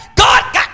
God